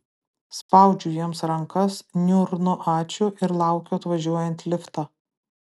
spaudžiu jiems rankas niurnu ačiū ir laukiu atvažiuojant lifto